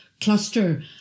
cluster